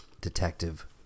detective